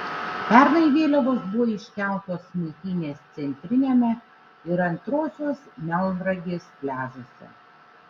pernai vėliavos buvo iškeltos smiltynės centriniame ir antrosios melnragės pliažuose